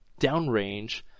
downrange